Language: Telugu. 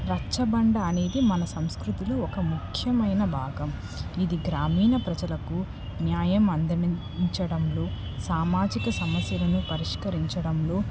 రచ్చబండ అనేది మన సంస్కృతిలో ఒక ముఖ్యమైన భాగం ఇది గ్రామీణ ప్రజలకు న్యాయం అంద మించడంలో సామాజిక సమస్యలను పరిష్కరించడంలో